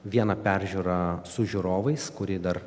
vieną peržiūrą su žiūrovais kuri dar